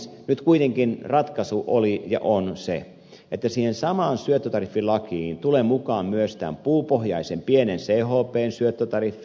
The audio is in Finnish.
nyt kuitenkin ratkaisu oli ja on se että siihen samaan syöttötariffilakiin tulee mukaan myös tämä puupohjaisen pienen chpn syöttötariffi